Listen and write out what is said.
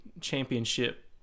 championship